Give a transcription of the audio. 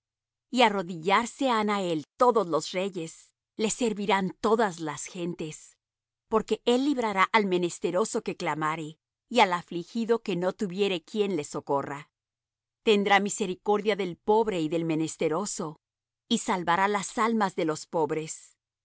y arrodillarse han á él todos los reyes le servirán todas las gentes porque él librará al menesteroso que clamare y al afligido que no tuviere quien le socorra tendrá misericordia del pobre y del menesteroso y salvará las almas de los pobres de